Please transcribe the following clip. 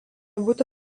būti